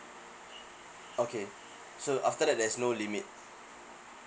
okay so after that there's no limit